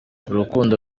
urukundo